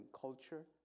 culture